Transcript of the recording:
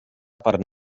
per